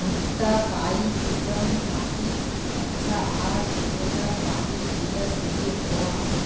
भुट्टा काई किसम माटित अच्छा, आर कतेला पानी दिले सही होवा?